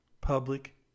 public